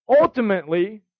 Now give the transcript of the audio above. Ultimately